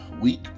week